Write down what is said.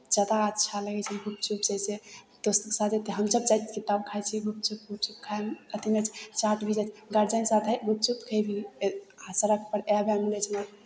ज्यादा अच्छा लगै छै घुपचुप जैसे दोस्तके साथ हम जब जाइ छियै तब खाइ छियै घुपचुप घुपचुप खायमे अथीमे चाट भी जैसे गार्जियनके साथ हइ घुपचुप खयबिही सड़कपर आए बाए मिलै छै मगर